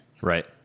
Right